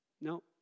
No